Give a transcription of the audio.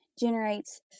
generates